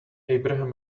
abraham